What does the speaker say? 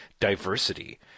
diversity